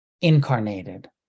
incarnated